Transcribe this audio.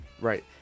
Right